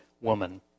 woman